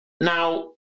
Now